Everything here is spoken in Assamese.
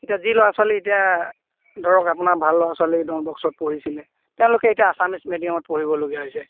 এতিয়া যি ল'ৰা ছোৱালী এতিয়া ধৰক আপোনাৰ ভাল ল'ৰা ছোৱালী ডন বস্ক'ত পঢ়িছিলে তেওঁলোকে এতিয়া আছামিছ মিডিয়ামত পঢ়িবলগীয়া হৈছে